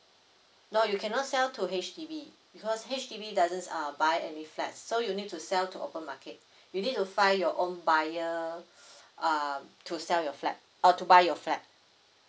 no you cannot sell to H_D_B because H_D_B doesn't uh buy any flat so you need to sell to open market you need to find your own buyer uh to sell your flat uh to buy your flat